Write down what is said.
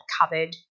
covered